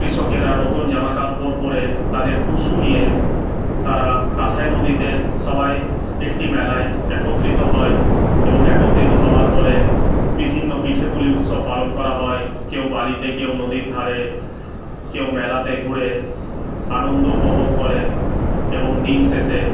কৃষকেরা নতুন জামা কাপড় পরে তাদের টুসু নিয়ে তারা কাঁসাই নদীতে সবাই একটি মেলায় একত্রিত হয় এবং একত্রিত হবার পরে বিভিন্ন পিঠেপুলি উৎসব পালন করা হয় কেউ বালিতে কেউ নদীর ধারে কেউ মেলাতে ঘুরে আনন্দ উপভোগ করে এবং দিনের শেষে